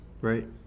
right